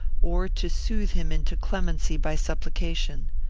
or to soothe him into clemency by supplication.